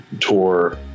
tour